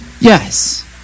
Yes